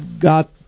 got